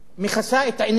מכסה את עיניה